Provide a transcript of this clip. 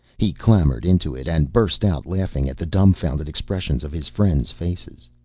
he clambered into it and burst out laughing at the dumfounded expressions of his friends' faces.